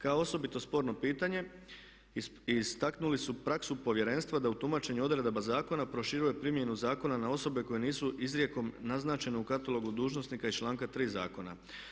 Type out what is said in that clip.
Kao osobito sporno pitanje istaknuli su praksu Povjerenstva da u tumačenju odredaba zakona proširuje primjenu zakona na osobe koje nisu izrijekom naznačene u katalogu dužnosnika iz članka 3. zakona.